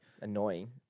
annoying